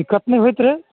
दिक्कत नहि होइत रहय